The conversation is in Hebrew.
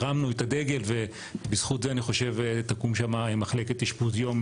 הרמנו את הדגל ובזכות זה אני חושב תקום שמה מחלקת אשפוז יום,